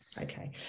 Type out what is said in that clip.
Okay